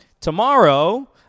tomorrow